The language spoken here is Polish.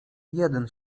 jeden